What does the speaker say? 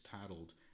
titled